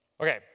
Okay